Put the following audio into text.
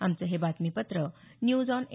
आमचं हे बातमीपत्र न्यूज आॅन ए